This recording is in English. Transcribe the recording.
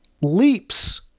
leaps